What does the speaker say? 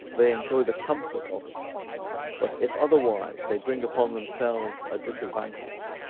they enjoy the comfort of it but if otherwise, they bring upon themselves a disadvantage.